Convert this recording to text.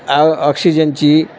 आ ऑक्सिजनची